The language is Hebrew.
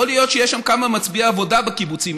יכול להיות שיש שם כמה מצביעי עבודה בקיבוצים.